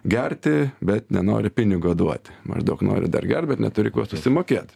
gerti bet nenori pinigo duoti maždaug nori dar gert bet neturi kuo susimokėt